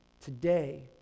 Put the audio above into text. today